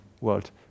world